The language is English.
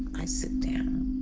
i sit down.